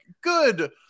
good